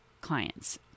clients